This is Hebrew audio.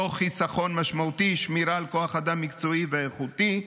תוך חיסכון משמעותי ושמירה על כוח אדם מקצועי ואיכותי.